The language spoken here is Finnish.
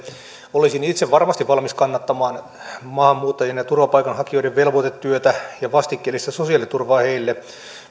olisin itse varmasti valmis kannattamaan maahanmuuttajien ja turvapaikanhakijoiden velvoitetyötä ja vastikkeellista sosiaaliturvaa heille